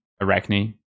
arachne